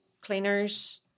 cleaners